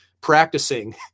practicing